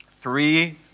Three